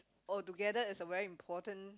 or together is a very important